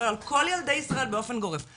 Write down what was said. כל ילדי ישראל באופן גורף.